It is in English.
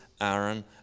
Aaron